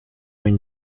une